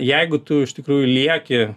jeigu tu iš tikrųjų lieki